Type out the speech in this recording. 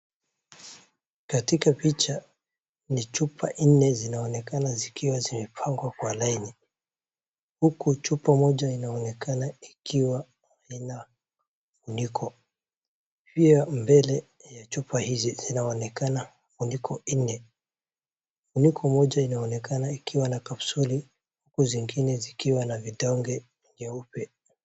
Katika picha ni chupa nne zinaonekana zikiwa zimepangwa kwa laini ,huku chupa moja inaonekana ina funiko ,pia mbele ya chupa hizi zinaonekana funiko nne, funiko moja inaonekana ikiwa na kafsuli huku zingine zinaonekana zikiwa na vindonge vyeupe.